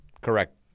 correct